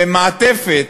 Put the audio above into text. במעטפת